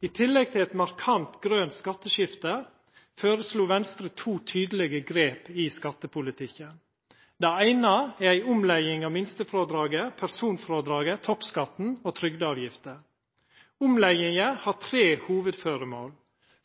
I tillegg til eit markant grønt skatteskifte føreslo Venstre to tydelege grep i skattepolitikken. Det eine er ei omlegging av minstefrådraget, personfrådraget, toppskatten og trygdeavgifta. Omlegginga har tre hovudføremål.